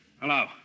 Hello